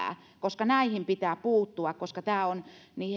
koska näihin pitää puuttua koska